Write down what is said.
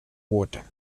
water